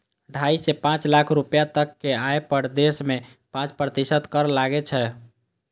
ढाइ सं पांच लाख रुपैया तक के आय पर देश मे पांच प्रतिशत कर लागै छै